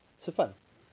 吃饭